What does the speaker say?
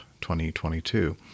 2022